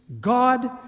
God